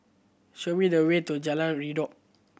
show me the way to Jalan Redop